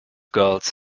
girls